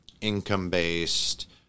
income-based